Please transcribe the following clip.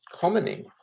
commoning